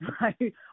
right